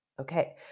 Okay